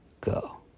Go